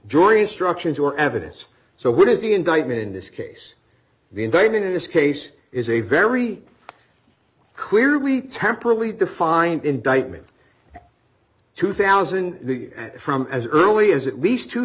joining structures or evidence so what is the indictment in this case the indictment in this case is a very clearly temporally defined indictment two thousand from as early as at least tw